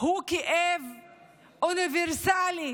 הוא כאב אוניברסלי,